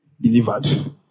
delivered